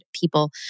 people